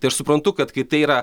tai aš suprantu kad kai tai yra